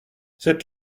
c’est